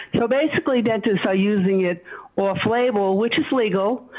so basically dentists are using it or flabel, which is legal,